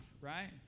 right